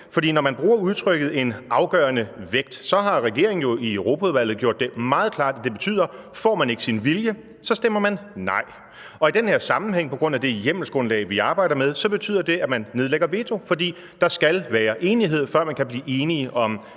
når man bruger udtrykket en afgørende vægt, har regeringen jo i Europaudvalget gjort det meget klart, at det betyder, at får man ikke sin vilje, stemmer man nej, og det betyder i den her sammenhæng og på grund af det hjemmelsgrundlag, vi arbejder med, at man nedlægger veto, fordi der skal være enighed, før man kan vedtage